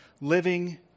living